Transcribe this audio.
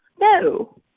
no